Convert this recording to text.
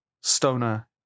stoner